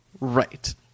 Right